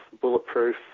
bulletproof